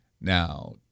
Now